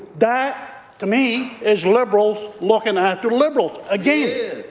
that, to me, is liberals looking after liberals again.